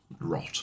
Rot